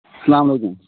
السلام علیکم